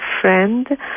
friend